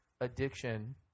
addiction